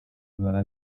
baba